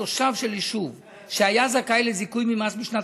"תושב של יישוב שהיה זכאי לזיכוי ממס לשנת